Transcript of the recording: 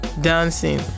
dancing